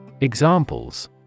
Examples